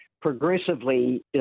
progressively